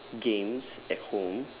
games at home